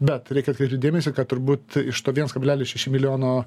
bet reikia atkreipti dėmesį kad turbūt iš to viens kablelis šeši milijono